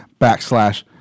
backslash